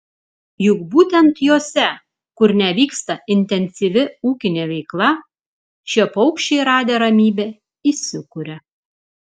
juk būtent jose kur nevyksta intensyvi ūkinė veikla šie paukščiai radę ramybę įsikuria